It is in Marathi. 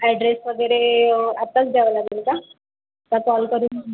ऍड्रेस वगैरे आताच द्यावं लागेल का का कॉल करून